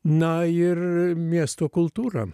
na ir miesto kultūra